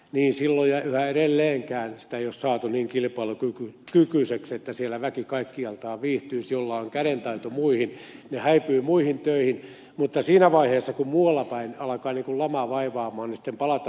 niin silloin ja yhä edelleenkään sitä ei ole saatu niin kilpailukykyiseksi että siellä väki kaikkialtaan viihtyisi ne joilla on kädentaito muihun häipyvät muihin töihin mutta siinä vaiheessa kun muuallapäin alkaa lama vaivata palataan takaisin